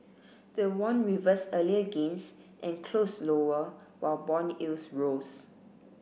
the won reversed earlier gains and closed lower while bond yields rose